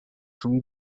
from